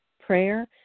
prayer